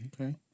Okay